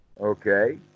Okay